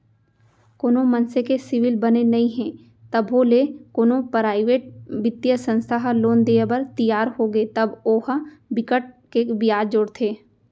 कोनो मनसे के सिविल बने नइ हे तभो ले कोनो पराइवेट बित्तीय संस्था ह लोन देय बर तियार होगे तब ओ ह बिकट के बियाज जोड़थे